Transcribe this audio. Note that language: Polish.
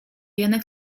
janek